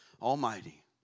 Almighty